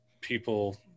people